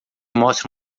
mostra